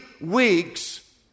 weeks